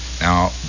Now